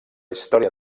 història